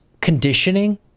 conditioning